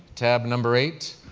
tab number eight.